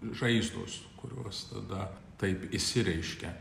žaizdos kurios tada taip išsireiškė